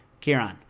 Kieran